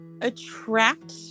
attract